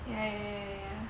ya ya ya ya ya